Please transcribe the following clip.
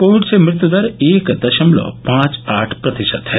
Covid से मृत्युदर एक दशमलव पांच आठ प्रतिशत है